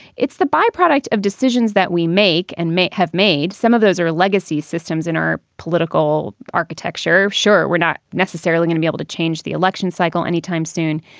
it's the byproduct of decisions that we make and may have made. some of those are legacy systems in our political architecture. sure. we're not necessarily gonna be able to change the election cycle anytime soon.